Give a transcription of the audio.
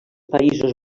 països